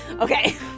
okay